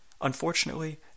Unfortunately